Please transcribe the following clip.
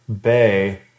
Bay